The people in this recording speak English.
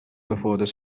before